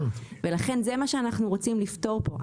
לכן זה מה שאנחנו רוצים לפתור פה,